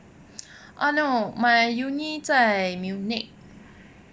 ah no my uni 在 munich